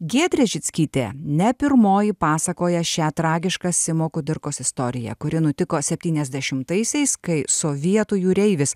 giedrė žickytė ne pirmoji pasakoja šią tragišką simo kudirkos istoriją kuri nutiko septyniasdešimtaisiais kai sovietų jūreivis